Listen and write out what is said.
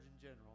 General